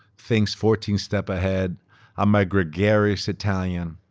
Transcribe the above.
thinks fourteen steps ahead, i'm a gregarious italian